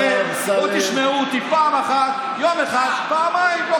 לכן, בואו תשמעו אותי פעם אחת, יום אחד, פעמיים.